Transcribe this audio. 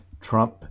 Trump